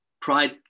Pride